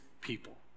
people